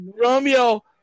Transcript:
Romeo